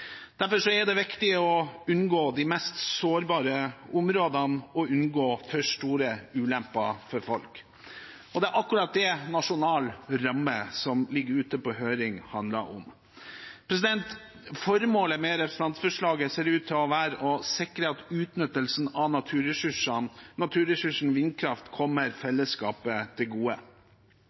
Derfor er det viktig å unngå de mest sårbare områdene og å unngå for store ulemper for folk. Det er akkurat det forslaget om en nasjonal ramme for vindkraft, som er ute på høring, handler om. Formålet med representantforslaget ser ut til å være å sikre at utnyttelsen av naturressursen vindkraft kommer fellesskapet til gode.